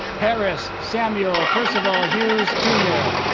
harris samuel percival hughes, jr.